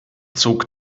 zog